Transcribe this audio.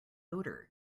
odor